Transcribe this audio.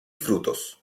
frutos